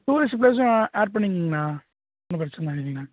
tourist ப்ளேஸும் add பண்ணிக்கங்கண்ணா ஒன்றும் பிரச்சின இல்லைங்ண்ணா